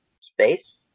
space